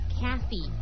Kathy